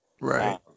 Right